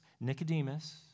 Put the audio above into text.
Nicodemus